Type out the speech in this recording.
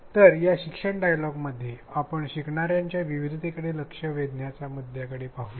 तर या शिक्षण डायलॉग मध्ये आपल्या शिकणाऱ्यांच्या विविधतेकडे लक्ष वेधण्याच्या मुद्द्याकडे पाहूया